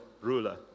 ruler